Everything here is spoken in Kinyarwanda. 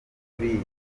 muri